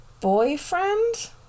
boyfriend